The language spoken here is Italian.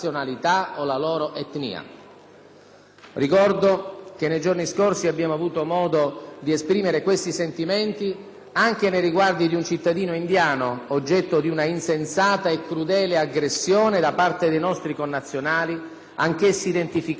Ricordo che nei giorni scorsi abbiamo avuto modo di esprimere questi sentimenti anche nei riguardi di un cittadino indiano oggetto di un'insensata e crudele aggressione da parte di nostri connazionali, anch'essi identificati dalle forze dell'ordine.